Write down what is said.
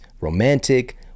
romantic